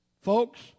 Folks